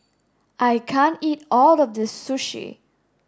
I can't eat all of this sushi